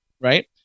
Right